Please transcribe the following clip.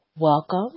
Welcome